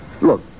Look